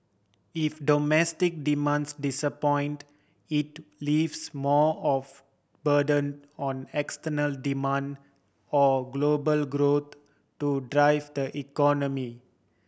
if domestic demands disappoint it leaves more of burden on external demand or global growth to drive the economy